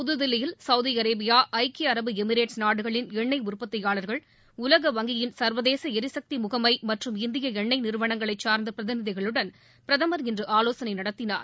புதுதில்லியில் Saudi Arabia ஐக்கிய அரபு எமிரேட்ஸ் நாடுகளின் எண்ணெய் உற்பத்தியாளர்கள் உலக வங்கியின் சர்வதேச எரிசக்தி முகமை மற்றும் இந்திய எண்ணெய் நிறுவனங்களைச் சார்ந்த பிரதிநிதிகளுடன் பிரதமர் இன்று ஆலோசனை நடத்தினார்